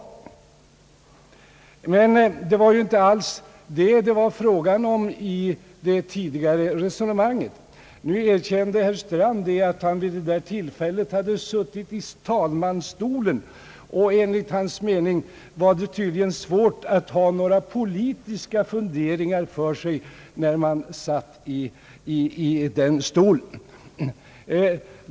Det var ju inte alls detta som det var frågan om i det tidigare resonemanget, men herr Strand erkände att han när det yttrandet fälldes hade suttit i talmansstolen, och enligt hans mening är det tydligen svårt att ha några politiska funderingar när man sitter i den stolen.